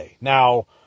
now